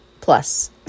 Plus